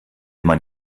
mein